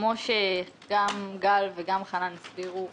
כפי שגם גל לנדו וגם חנן פריצקי הסבירו,